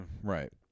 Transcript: Right